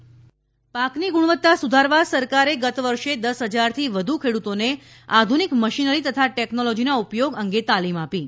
ખેડૂત તાલીમ પાકની ગુણવત્તા સુધારવા સરકારે ગત વર્ષે દસ હજારથી વધુ ખેડૂતોને આધુનિક મશીનરી તથા ટેકનોલોજીના ઉપયોગ અંગે તાલીમ આપી છે